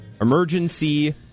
Emergency